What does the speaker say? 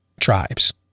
tribes